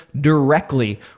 directly